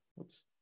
Oops